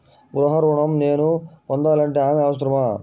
గృహ ఋణం నేను పొందాలంటే హామీ అవసరమా?